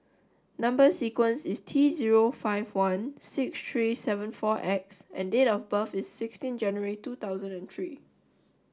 number sequence is T zero five one six three seven four X and date of birth is sixteen January two thousand and three